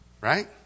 Right